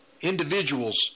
individuals